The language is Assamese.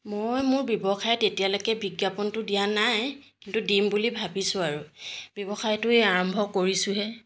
মই মোৰ ব্যৱসায়ত এতিয়ালৈকে বিজ্ঞাপনটো দিয়া নাই কিন্তু দিম বুলি ভাবিছোঁ আৰু ব্যৱসায়টো এই আৰম্ভ কৰিছোঁহে